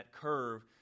curve